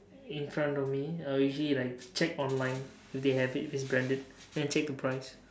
in front of me I will usually like check online if they have it if it's branded then check the price